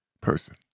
person